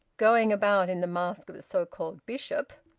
going about in the mask of a so-called bishop.